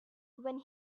when